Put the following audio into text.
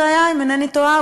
אם אינני טועה,